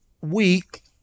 week